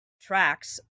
tracks